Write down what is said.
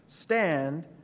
stand